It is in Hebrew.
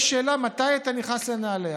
יש שאלה מתי אתה נכנס לנעליה.